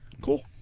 Cool